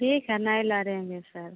ठीक है नहीं लड़ेंगे सर